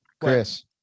Chris